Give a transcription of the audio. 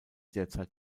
derzeit